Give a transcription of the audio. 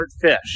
fish